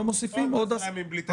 עוד עשרה ימים בלי תקציב.